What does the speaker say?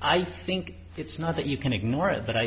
i think it's not that you can ignore it but i